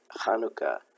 Hanukkah